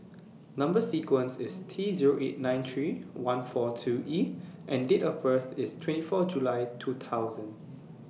Number sequences IS T Zero eight nine three one four two E and Date of birth IS twenty four July two thousand